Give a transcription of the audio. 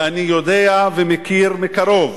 ואני יודע ומכיר מקרוב